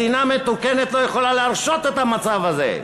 מדינה מתוקנת לא יכולה להרשות את המצב הזה,